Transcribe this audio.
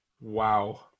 Wow